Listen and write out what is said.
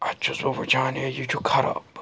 بہٕ چھُس بہٕ وٕچھان ہیے یہِ چھُ خراب